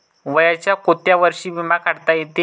वयाच्या कोंत्या वर्षी बिमा काढता येते?